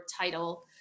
title